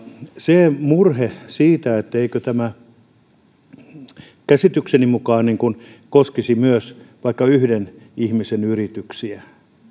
se murhe että tämä koskisi käsitykseni mukaan myös vaikka yhden ihmisen yrityksiä